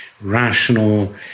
rational